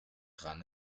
dran